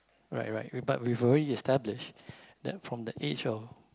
right right we but we have established then from the age of